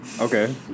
Okay